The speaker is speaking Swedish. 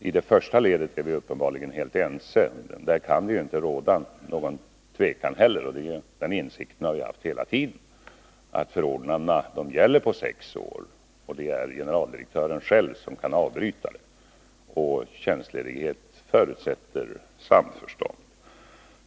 I det första ledet är vi uppenbarligen helt ense, och där kan det inte heller råda något tvivel. Vi har hela tiden haft den insikten att förordnandet gäller för sex år, och det är generaldirektören själv som kan avbryta förordnandet. Och tjänstledighet förutsätter samförstånd.